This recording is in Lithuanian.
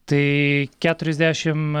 tai keturiasdešim